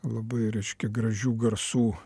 labai reiškia gražių garsų